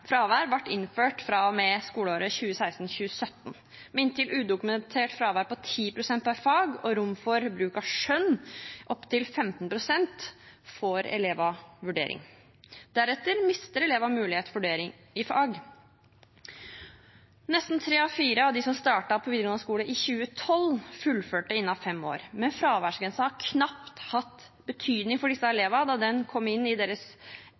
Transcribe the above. ble innført fra og med skoleåret 2016/2017. Med udokumentert fravær på inntil 10 pst. per fag og rom for bruk av skjønn opptil 15 pst. får elevene vurdering. Deretter mister elevene mulighet for vurdering i fag. Nesten tre av fire av dem som startet på videregående skole i 2012, fullførte innen fem år. Men fraværsgrensen har knapt hatt betydning for disse elevene, da den kom inn i deres